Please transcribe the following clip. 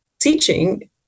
teaching